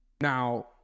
now